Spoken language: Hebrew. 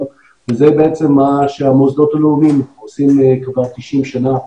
וזה מה שהמוסדות הלאומיים עושים כבר 90 שנה,